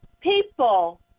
people